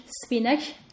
spinach